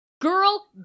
Girl